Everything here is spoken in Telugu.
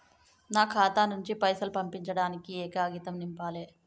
నా ఖాతా నుంచి పైసలు పంపించడానికి ఏ కాగితం నింపాలే?